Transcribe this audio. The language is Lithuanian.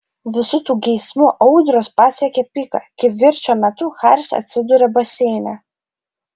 visų tų geismų audros pasiekia piką kivirčo metu haris atsiduria baseine